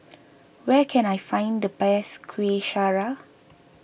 where can I find the best Kuih Syara